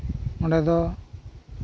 ᱚᱸᱰᱮ ᱫᱚ